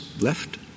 left